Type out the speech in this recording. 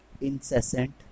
incessant